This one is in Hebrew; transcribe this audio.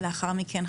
לאחר מכן,